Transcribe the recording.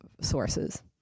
sources